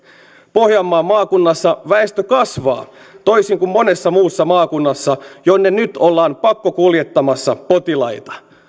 pohjanmaan maakunnassa väestö kasvaa toisin kuin monessa muussa maakunnassa jonne nyt ollaan pakkokuljettamassa potilaita